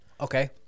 Okay